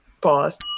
Pause